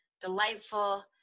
delightful